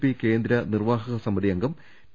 P കേന്ദ്ര നിർവ്വാഹക സമിതി അംഗം പി